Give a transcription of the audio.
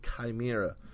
chimera